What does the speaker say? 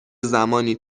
زمانی